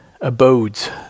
abodes